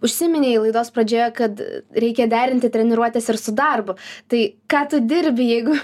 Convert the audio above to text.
užsiminei laidos pradžioje kad reikia derinti treniruotes ir su darbu tai ką tu dirbi jeigu